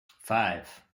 five